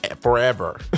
forever